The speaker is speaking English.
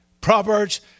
Proverbs